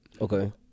Okay